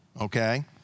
okay